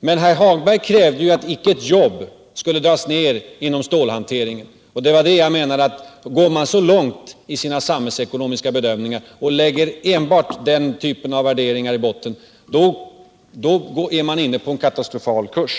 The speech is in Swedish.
men herr Hagberg krävde ju att icke ett enda jobb skulle dras in inom stålhanteringen. Går man så långt i sina samhällsekonomiska bedömningar och enbart lägger den typen av värderingar i botten, då är man inne på en katastrofkurs.